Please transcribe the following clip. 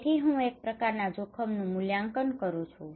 તેથી હું એક પ્રકારના જોખમનું મૂલ્યાંકન કરું છું